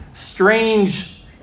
Strange